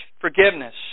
forgiveness